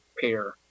pair